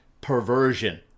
perversion